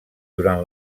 durant